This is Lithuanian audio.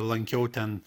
lankiau ten